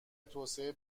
توسعه